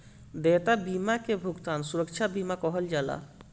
देयता बीमा के भुगतान सुरक्षा बीमा कहल जाला